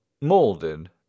molded